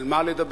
על מה לדבר,